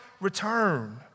return